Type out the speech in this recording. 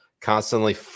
constantly